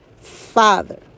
father